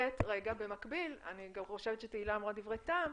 ב', אני גם חושבת שתהילה אמרה דברי טעם,